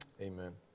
Amen